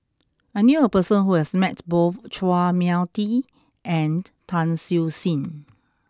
I knew a person who has met both Chua Mia Tee and Tan Siew Sin